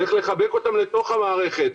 צריך לחבק אותם לתוך המערכת.